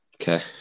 Okay